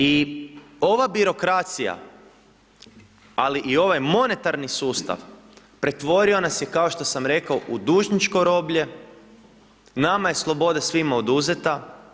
I ova birokracija, ali i ovaj monetarni sustav pretvorio nas je kao što sam rekao u dužničko roblje, nama je sloboda svima oduzeta.